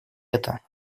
это